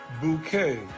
bouquet